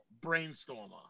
brainstormer